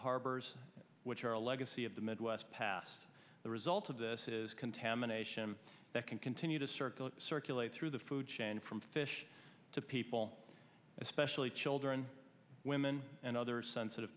harbors which are a legacy of the midwest past the result of this is contamination that can continue to circulate circulate through the food chain from fish to people especially children women and other sensitive